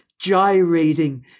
gyrating